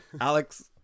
Alex